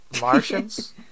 Martians